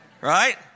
Right